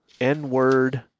n-word